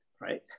right